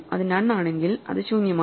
അത് നൺ ആണെങ്കിൽ അത് ശൂന്യമാണ്